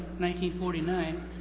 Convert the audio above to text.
1949